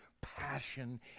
passion